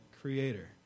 Creator